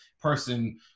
person